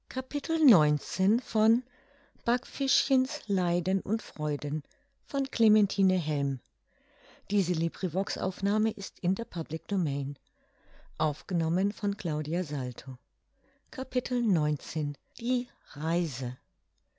backfischchen's leiden und freuden